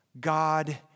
God